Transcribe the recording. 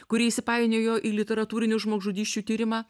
kuri įsipainiojo į literatūrinių žmogžudysčių tyrimą